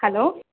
hello